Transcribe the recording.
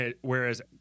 whereas